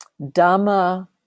dhamma